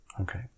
Okay